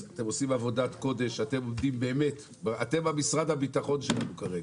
אתם עושים עבודת קודש, אתם משרד הבטחון שלנו כרגע.